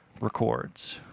records